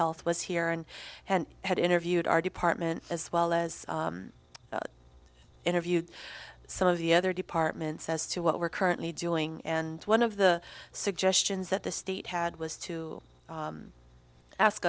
health was here and and had interviewed our department as well as interviewed some of the other departments as to what we're currently doing and one of the suggestions that the state had was to